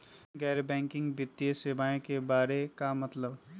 गैर बैंकिंग वित्तीय सेवाए के बारे का मतलब?